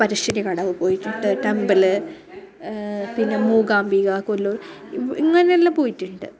പറശ്ശിനി കടവ് പോയിട്ടുണ്ട് ടെമ്പിള് പിന്നെ മൂകാംബിക കൊല്ലൂര് ഇങ്ങനെയെല്ലാം പോയിട്ടുണ്ട്